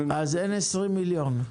אז אין 20 מיליון.